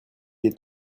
est